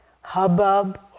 hubbub